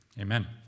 Amen